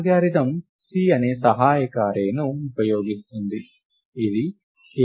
algorithm C అనే సహాయక అర్రేని ఉపయోగిస్తుంది ఇది k మూలకాలను కలిగి ఉంటుంది